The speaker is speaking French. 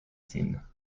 signe